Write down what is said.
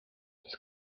sest